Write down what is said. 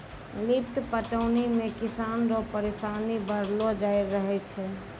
lift पटौनी मे किसान रो परिसानी बड़लो रहै छै